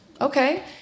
Okay